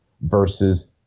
versus